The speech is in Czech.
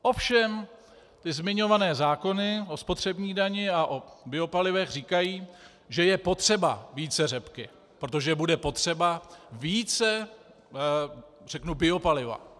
Ovšem zmiňované zákony o spotřební dani a o biopalivech říkají, že je potřeba více řepky, protože bude potřeba více, řeknu, biopaliva.